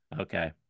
Okay